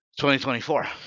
2024